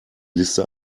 liste